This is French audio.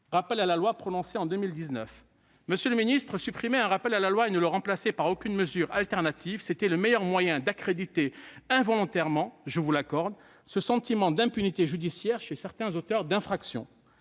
rappels à la loi en 2019. Monsieur le garde des sceaux, supprimer un rappel à la loi et ne le remplacer par aucune mesure alternative, c'était le meilleur moyen d'accréditer involontairement, je vous l'accorde, ce sentiment d'impunité judiciaire chez certains auteurs d'infractions.